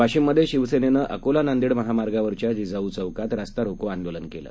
वाशिममधे शिवसेनेनं अकोला नांदेड महामार्गावरच्या जिजाऊ चौकात रास्ता रोको आंदोलन केलं